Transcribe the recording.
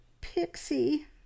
Pixie